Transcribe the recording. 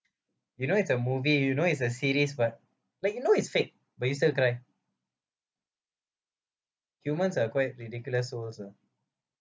you know it's a movie you know it's a series but like you know is fake but you still cry humans are quite ridiculous souls ah